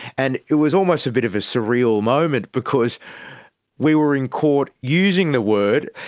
and it was almost a bit of a surreal moment because we were in court using the word,